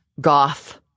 goth